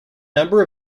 number